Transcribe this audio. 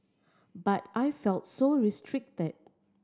but I felt so restricted